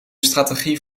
strategie